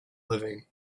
living